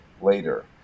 later